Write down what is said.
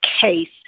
case